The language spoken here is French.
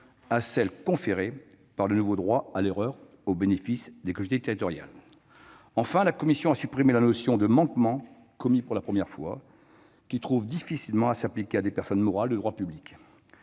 à celle conférée par le nouveau droit à l'erreur au bénéfice des collectivités territoriales. Enfin, la commission a supprimé la notion de manquement commis pour la première fois, qui trouve difficilement à s'appliquer à des personnes morales de droit public.